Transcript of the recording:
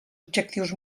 objectius